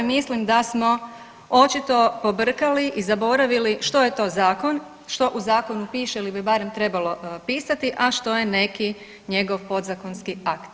Mislim da smo očito pobrkali i zaboravili što je to zakon, što u zakonu piše ili bi barem trebalo pisati, a što je neki njegov podzakonski akt.